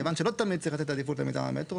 מכיוון שלא תמיד צריך לתת עדיפות למיזם המטרו,